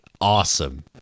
Awesome